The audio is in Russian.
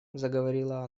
заговорила